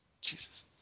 Jesus